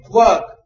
work